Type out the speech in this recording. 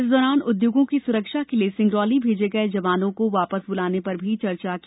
इस दौरान उद्योगों की सुरक्षा के लिए सिंगरौली भेजे गये जवानों को वापस बुलाने की चर्चा भी की